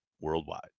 worldwide